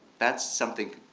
that's something,